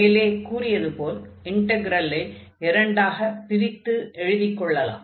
மேலே கூறியது போல் இன்டக்ரலை இரண்டாகப் பிரித்து எழுதிக் கொள்ளலாம்